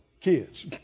kids